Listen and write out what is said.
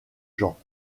gens